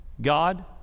God